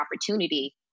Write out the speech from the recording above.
opportunity